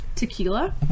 tequila